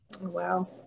Wow